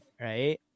right